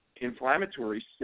inflammatory